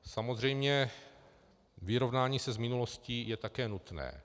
Samozřejmě vyrovnání se s minulostí je také nutné.